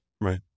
Right